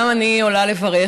גם אני עולה לברך,